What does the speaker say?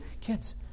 kids